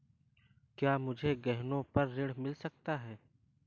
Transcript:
क्या मुझे गहनों पर ऋण मिल सकता है?